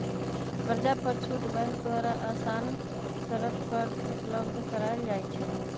कर्जा पर छुट बैंक द्वारा असान शरत पर उपलब्ध करायल जाइ छइ